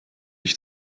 ich